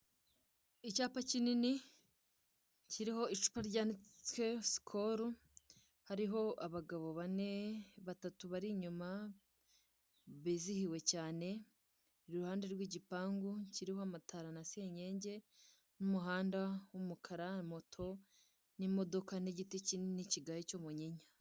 Icyapa kinini kiriho icupa ryanditseho sikoru. Hariho abagabo bane, batatu bari inyuma bizihiwe cyane, iruhande rw'igipangu kiriho amatara na senyenge, n'umuhanda w'umukara, moto n'imodoka n'igiti kinini kigaye cy'umunyinya.